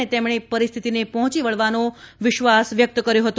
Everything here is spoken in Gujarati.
અને તેમણે પરિસ્થતીને પહોંચી વળવાનો વિશ્વાસ વ્યક્ત કર્યો હતો